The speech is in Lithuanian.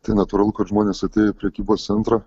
tai natūralu kad žmonės atėję į prekybos centrą